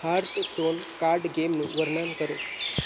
heart stone card ગેમનું વર્ણન કરો